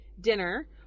dinner